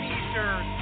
Eastern